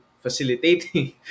facilitating